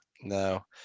no